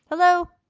hello.